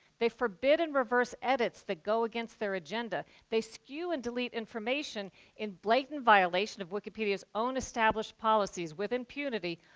they forbid and reverse edits that go against their agenda. they skew and delete information in blatant violation of wikipedia's own established policies with impunity,